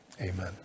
Amen